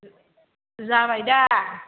जाबाय दा